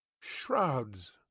shrouds